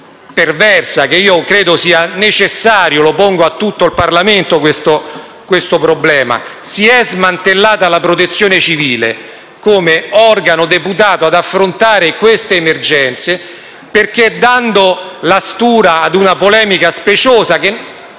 perversa, che credo sia necessario evidenziare. Pongo a tutto il Parlamento un problema: si è smantellata la Protezione civile come organo deputato ad affrontare le emergenze, dando la stura a una polemica speciosa, che